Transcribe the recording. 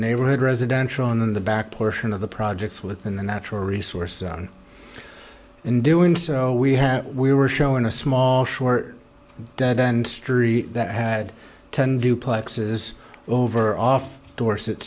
neighborhood residential in the back portion of the projects within the natural resource in doing so we had we were showing a small short dead end street that had ten duplexes over off dorset